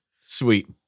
Sweet